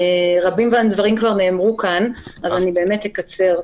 רבים מהדברים כבר נאמרו כאן אז אני אקצר.